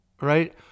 Right